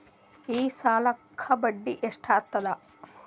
ಈ ಸಾಲಕ್ಕ ಬಡ್ಡಿ ಎಷ್ಟ ಹತ್ತದ?